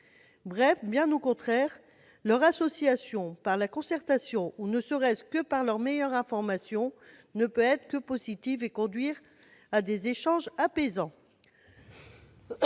chef. Bien au contraire, leur association par la concertation, ne serait-ce que par leur meilleure information, ne peut être que positive et conduire à des échanges apaisants.